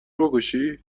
بکشی